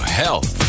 health